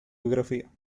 biografía